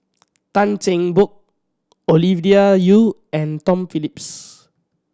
Tan Cheng Bock Ovidia Yu and Tom Phillips